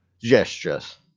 gestures